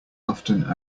often